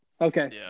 Okay